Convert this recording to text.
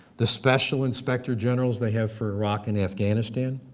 the special inspector generals they have for iraq and afghanistan,